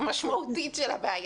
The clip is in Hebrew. משמעותית של הבעיה.